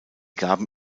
gaben